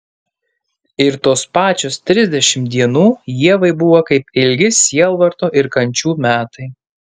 ir tos pačios trisdešimt dienų ievai buvo kaip ilgi sielvarto ir kančių metai